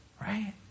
right